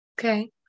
okay